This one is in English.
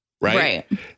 right